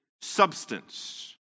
substance